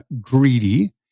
greedy